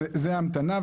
אז זה ההמתנה,